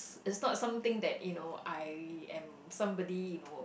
is is not something that you know I am somebody you know